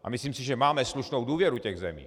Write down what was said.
A myslím si, že máme slušnou důvěru těch zemí.